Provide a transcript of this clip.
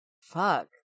fuck